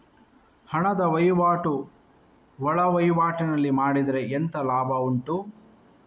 ಹಣದ ವಹಿವಾಟು ಒಳವಹಿವಾಟಿನಲ್ಲಿ ಮಾಡಿದ್ರೆ ಎಂತ ಲಾಭ ಉಂಟು?